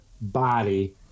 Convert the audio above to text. body